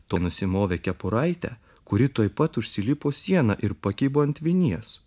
to nusimovė kepuraitę kuri tuoj pat užsilipo siena ir pakibo ant vinies